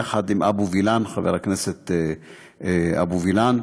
יחד עם חבר הכנסת אבו וילן.